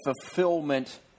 fulfillment